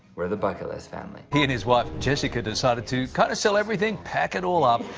we're the bucket list family. he and his wife jessica decided to kind of sell everything, pack it all up,